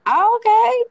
Okay